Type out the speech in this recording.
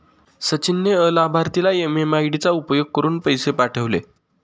सचिन ने अलाभार्थीला एम.एम.आय.डी चा उपयोग करुन पैसे पाठवले